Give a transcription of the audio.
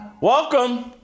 Welcome